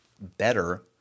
better